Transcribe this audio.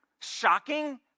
Shocking